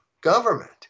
government